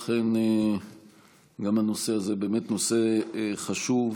אכן, גם הנושא הזה באמת נושא חשוב,